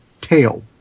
Tail